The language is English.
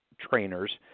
trainers